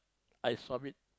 I submit